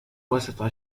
وسط